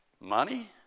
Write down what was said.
Money